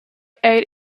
eir